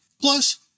Plus